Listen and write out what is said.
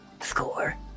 Score